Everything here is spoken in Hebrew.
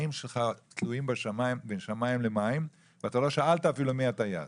החיים שלך תלויים בין שמיים למים ואתה לא שאלת אפילו מי הטייס